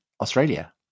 Australia